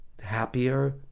happier